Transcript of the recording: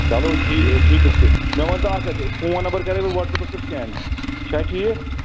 چلو ٹھی ٹھیٖک چھُ مےٚ وَنتہٕ اَکھ کَتھ فون نمبر کَرَے بہٕ وَٹسَپَس پٮ۪ٹھ سینٛڈ چھا ٹھیٖک